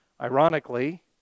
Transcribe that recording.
Ironically